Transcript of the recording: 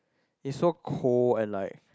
it's so cold and like